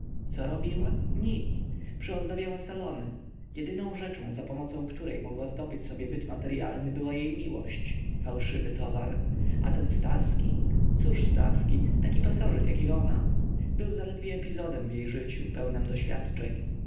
co robiła nic przyozdabiała salony jedyną rzeczą za pomocą której mogła zdobyć sobie byt materyalny była jej miłość fałszywy towar a ten starski cóż starski taki pasożyt jak i ona był zaledwie epizodem w jej życiu pełnem doświadczeń